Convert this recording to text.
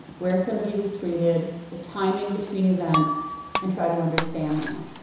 where somebody was treated, the timing between events and try to understand that.